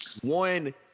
one